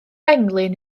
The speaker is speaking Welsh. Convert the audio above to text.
englyn